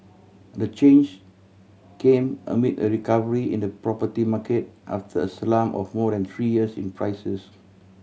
the change came amid a recovery in the property market after a slump of more than three years in prices